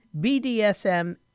BDSM